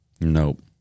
Nope